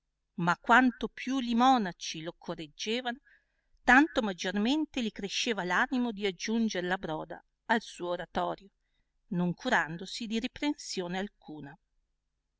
ma quanto piii li monaci lo correggevano tanto maggiormente li cresceva l'animo di aggiunger la broda al suo oratorio non curandosi di riprensione alcuna